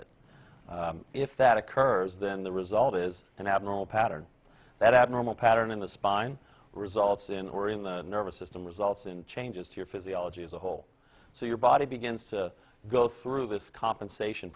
it if that occurs then the result is an abnormal pattern that abnormal pattern in the spine results in or in the nervous system results in changes to your physiology as a whole so your body begins to go through this compensation